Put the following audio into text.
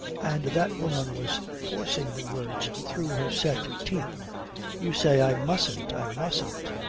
and that woman was forcing the words through her set teeth you say i mustn't, i mustn't.